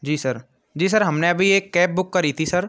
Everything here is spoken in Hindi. जी सर जी सर हमने अभी एक कैब बुक करी थी सर